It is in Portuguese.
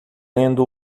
lendo